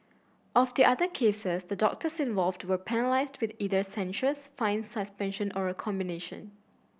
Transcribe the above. of the other cases the doctors involved were penalised with either censures fines suspension or a combination